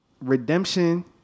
Redemption